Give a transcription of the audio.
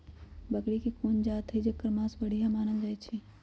बकरी के कोन जात हई जेकर मास बढ़िया मानल जाई छई?